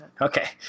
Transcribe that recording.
Okay